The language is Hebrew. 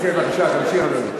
כן, בבקשה, תמשיך, אדוני.